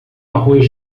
arroz